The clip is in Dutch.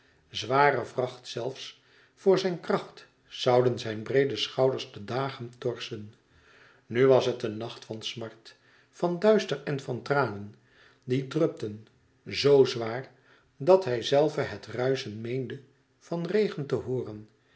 zware vracht zelfs voor zijn kracht zouden zijn breede schouders de dagen torsen nu was het de nacht van smart van duister en van tranen die drupten zoo zwaar dat hijzelve het ruischen meende van regen te hooren